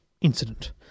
incident